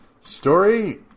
Story